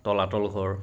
তলাতল ঘৰ